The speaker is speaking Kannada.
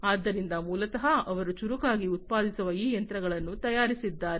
ಆದ್ದರಿಂದ ಮೂಲತಃ ಅವರು ಚುರುಕಾಗಿ ಉತ್ಪಾದಿಸುವ ಈ ಯಂತ್ರಗಳನ್ನು ತಯಾರಿಸಿದ್ದಾರೆ